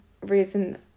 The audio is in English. reason